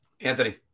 Anthony